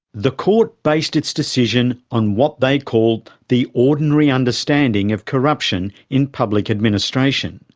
the court based its decision on what they called the ordinary understanding of corruption in public administration.